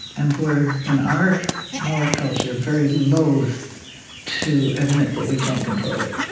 and we're, in our our culture, very loath to admit that we can't control it.